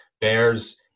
Bears